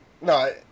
no